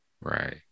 Right